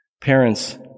Parents